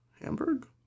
Hamburg